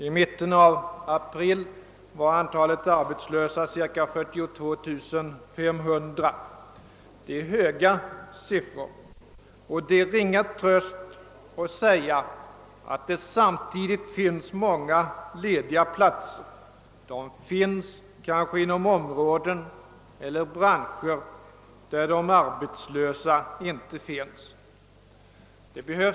I mitten av april var antalet arbetslösa cirka 42500. Dei är en hög siffra. Det är en ringa tröst att säga att det samtidigt finns många lediga platser. De finns kanske inom områden eller branscher där de arbetslösa inte finns.